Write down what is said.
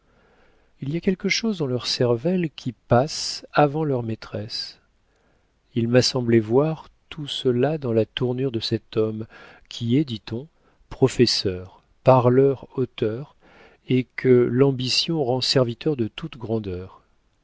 il y a quelque chose dans leur cervelle qui passe avant leur maîtresse il m'a semblé voir tout cela dans la tournure de cet homme qui est dit-on professeur parleur auteur et que l'ambition rend serviteur de toute grandeur